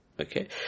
Okay